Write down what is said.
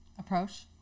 Approach